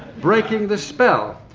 breaking the spell,